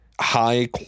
high